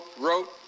wrote